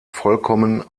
vollkommen